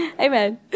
Amen